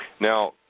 Now